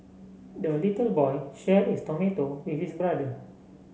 the little boy shared his tomato with his brother